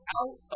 out